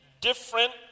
different